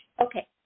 Okay